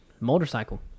motorcycle